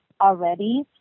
already